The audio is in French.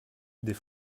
des